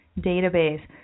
database